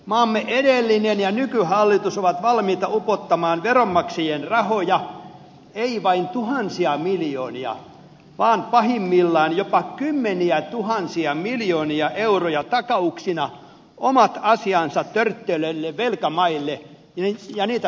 maamme edellinen ja nykyhallitus ovat valmiita upottamaan veronmaksajien rahoja ei vain tuhansia miljoonia vaan pahimmillaan jopa kymmeniätuhansia miljoonia euroja takauksina omat asiansa törttöilleille velkamaille ja niitä rahoittaneille pankeille